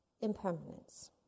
impermanence